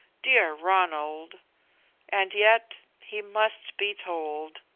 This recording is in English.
dear ronald and yet he must be told.